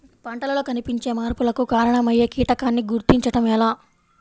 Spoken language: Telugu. పంటలలో కనిపించే మార్పులకు కారణమయ్యే కీటకాన్ని గుర్తుంచటం ఎలా?